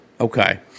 Okay